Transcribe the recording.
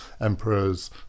emperors